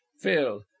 phil